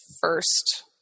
first